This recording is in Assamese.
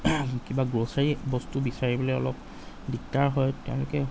কিবা গ্ৰ'চাৰী বস্তু বিচাৰিবলৈ অলপ দিগদাৰ হয় তেওঁলোকে